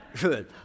good